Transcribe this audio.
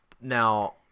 Now